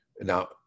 Now